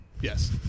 yes